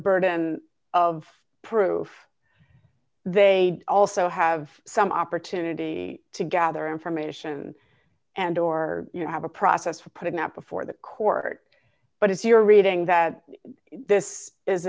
burden of proof they also have some opportunity to gather information and or you know have a process of putting that before the court but if you're reading that this is